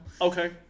Okay